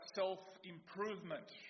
self-improvement